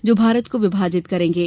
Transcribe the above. जो भारत को विभाजित करेंगे